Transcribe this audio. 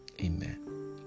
Amen